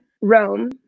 Rome